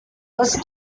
was